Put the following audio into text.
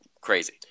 Crazy